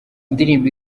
ndirimbo